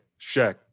Shaq